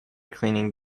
cleaning